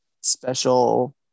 special